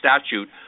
statute